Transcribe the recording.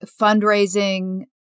fundraising